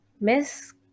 miss